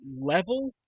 level